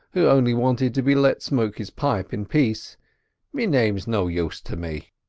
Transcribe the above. who only wanted to be let smoke his pipe in peace me name's no use to me.